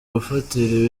gufatira